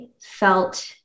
felt